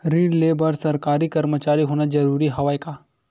ऋण ले बर सरकारी कर्मचारी होना जरूरी हवय का?